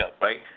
right